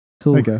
Cool